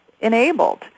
enabled